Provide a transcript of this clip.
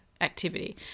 activity